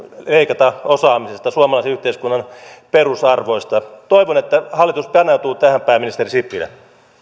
leikata osaamisesta suomalaisen yhteiskunnan perusarvoista toivon että hallitus paneutuu tähän pääministeri sipilä